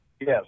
Yes